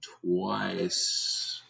twice